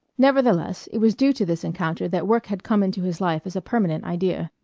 nevertheless, it was due to this encounter that work had come into his life as a permanent idea.